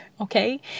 okay